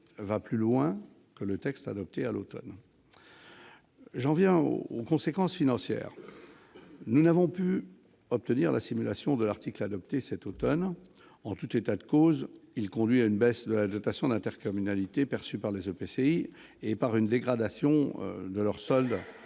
va plus loin que le texte adopté à l'automne. J'en viens aux conséquences financières. Nous n'avons pas pu obtenir de simulation pour ce qui concerne l'article adopté cet automne. En tout état de cause, il conduit à une baisse de la dotation d'intercommunalité perçue par ces EPCI et à une dégradation de leur solde